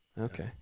Okay